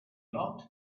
locked